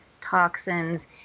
toxins